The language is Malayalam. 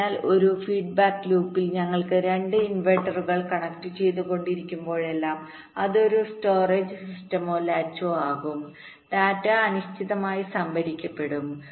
അതിനാൽ ഒരു ഫീഡ്ബാക്ക് ലൂപ്പിൽ ഞങ്ങൾ രണ്ട് ഇൻവെർട്ടറുകൾ കണക്റ്റുചെയ്തിരിക്കുമ്പോഴെല്ലാം അത് ഒരു സ്റ്റോറേജ് സിസ്റ്റമോലാച്ചോ ആകും ഡാറ്റ അനിശ്ചിതമായി സംഭരിക്കപ്പെടും